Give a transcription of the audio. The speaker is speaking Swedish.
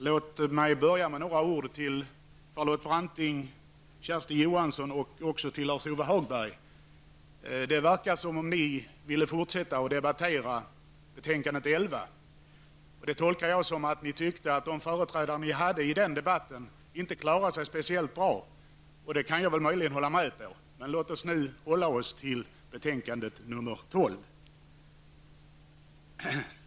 Herr talman! Låt mig börja med några ord till Hagberg. Det verkar som om ni ville fortsätta att debattera betänkande nr 11. Det tolkar jag som att ni tyckte att de företrädare ni hade i den debatten inte klarade sig särskilt bra. Det kan jag möjligen hålla med om. Låt oss nu emellertid hålla oss till betänkande nr 12.